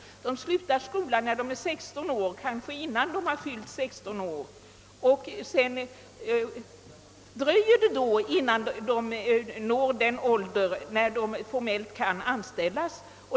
För dem som slutar skolan när de är 16 år dröjer det innan de uppnår den ålder när de formellt kan anställas.